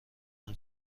اون